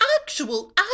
actual